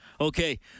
Okay